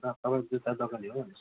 तपाईँ जुत्ता दोकाने हो